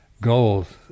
goals